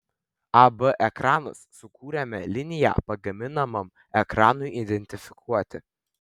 ab ekranas sukūrėme liniją pagaminamam ekranui identifikuoti